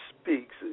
speaks